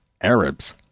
Arabs